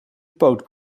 poot